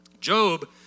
Job